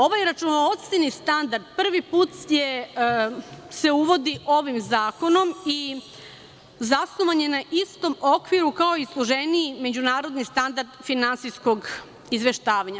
Ovaj računovodstveni standard prvi put se uvodi ovim zakonom i zasnovan je na istom okviru kao i složeniji međunarodni standard finansijskog izveštavanja.